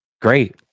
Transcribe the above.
great